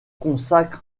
consacre